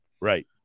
Right